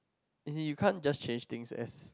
as in you can't just change things as